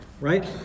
Right